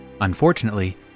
unfortunately